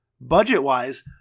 budget-wise